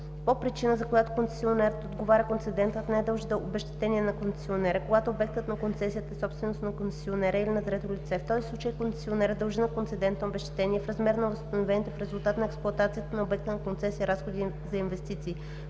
по причина, за която концесионерът отговаря, концедентът не дължи обезщетение на концесионера, когато обектът на концесията е собственост на концесионера или на трето лице. В този случай концесионерът дължи на концедента обезщетение, в размер на възстановените в резултат от експлоатацията на обекта на концесия разходи за инвестиции